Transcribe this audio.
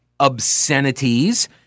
obscenities